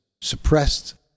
suppressed